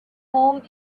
home